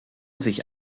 sich